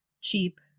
cheap